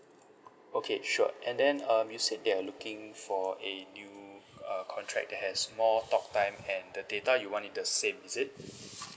okay sure and then um you said you're looking for a new uh contract that has more talk time and the data you want it the same is it